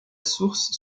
source